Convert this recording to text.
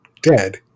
dead